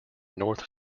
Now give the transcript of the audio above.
north